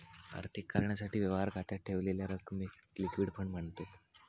आर्थिक कारणासाठी, व्यवहार खात्यात ठेवलेल्या रकमेक लिक्विड फंड मांनतत